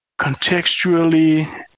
contextually